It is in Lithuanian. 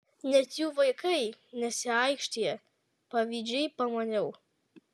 net jų vaikai nesiaikštija pavydžiai pamaniau